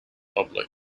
public